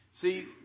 See